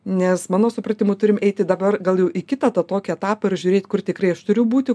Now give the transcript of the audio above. nes mano supratimu turim eiti dabar gal jau į kitą tą tokį etapą ir žiūrėt kur tikrai aš turiu būti